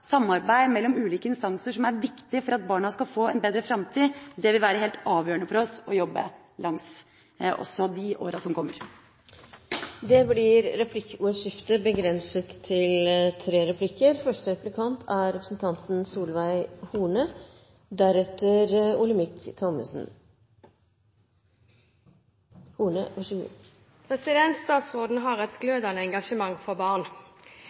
samarbeid – på tvers og på langs – og helhetlig innsats og samarbeid mellom ulike instanser, som er viktig for at barna skal få en bedre framtid. Det vil være helt avgjørende for oss å jobbe langs de linjene også i åra som kommer. Det blir replikkordskifte. Statsråden har et glødende engasjement for barn,